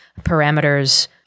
parameters